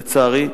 לצערי.